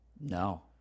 No